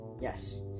Yes